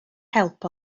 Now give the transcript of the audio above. help